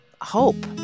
hope